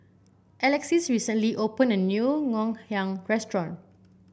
Alexys recently opened a new Ngoh Hiang Restaurant